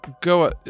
go